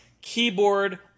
keyboard